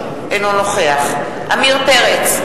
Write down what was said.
אינו נוכח עמיר פרץ,